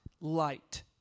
light